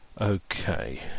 Okay